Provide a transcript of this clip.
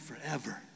forever